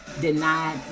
denied